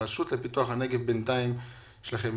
הרשות לפיתוח הנגב, בינתיים יש לכם